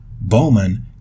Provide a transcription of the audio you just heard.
Bowman